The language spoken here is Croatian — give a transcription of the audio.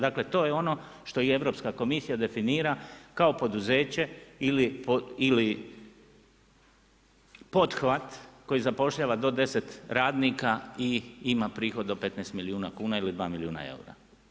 Dakle to je ono što i Europska komisija definira kao poduzeće ili pothvat koji zapošljava do 10 radnika i ima prihod do 15 milijuna kuna ili 2 milijuna eura.